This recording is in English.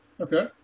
Okay